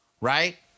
right